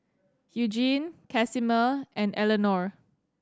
Eugene Casimer and Eleonore